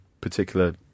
particular